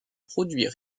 produit